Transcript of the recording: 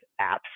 apps